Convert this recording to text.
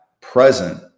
present